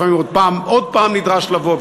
לפעמים עוד הפעם נדרש לבוא,